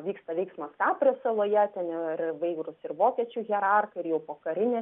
vyksta veiksmas kapri saloje ten ir įvairūs ir vokiečių hierarchai ir jau pokariniai